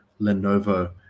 Lenovo